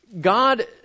God